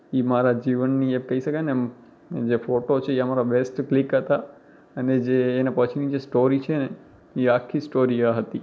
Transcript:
એ મારા જીવનની એમ કહી શકાય ને એમ જે ફોટો છે એ અમારો બૅસ્ટ ક્લિક હતા અને જે એના પછીની જે સ્ટોરી છે ને એ આખી સ્ટોરી આ હતી